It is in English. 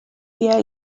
fear